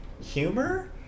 humor